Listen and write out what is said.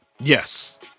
Yes